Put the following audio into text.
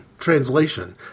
translation